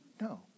no